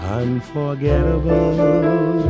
unforgettable